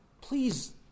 Please